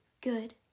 Good